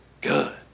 Good